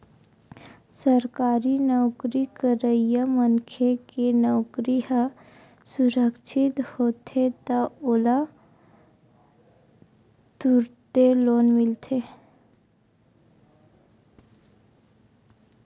सरकारी नउकरी करइया मनखे के नउकरी ह सुरक्छित होथे त ओला तुरते लोन मिलथे